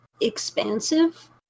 expansive